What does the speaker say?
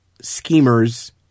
schemers